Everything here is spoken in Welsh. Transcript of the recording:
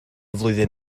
flwyddyn